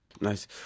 Nice